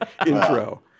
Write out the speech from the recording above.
intro